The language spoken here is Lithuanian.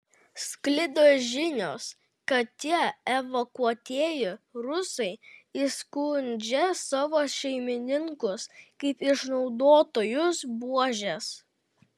sklido žinios kad tie evakuotieji rusai įskundžia savo šeimininkus kaip išnaudotojus buožes